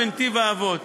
בנתיב-האבות.